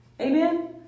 amen